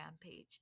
page